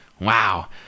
Wow